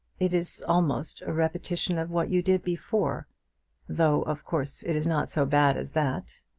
it is almost a repetition of what you did before though of course it is not so bad as that.